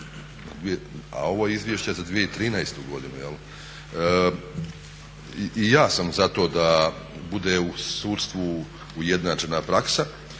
a ovo je izvješće za 2013. godinu. I ja sam za to da bude u sudstvu ujednačena praksa